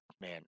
man